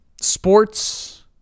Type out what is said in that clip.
Sports